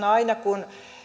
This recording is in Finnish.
aina kun